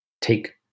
take